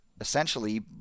essentially